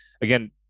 again